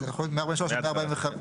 אנחנו נעבור למקבץ הבא שגלעד יקריא.